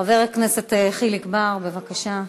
חבר הכנסת חיליק בר, בבקשה.